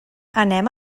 anem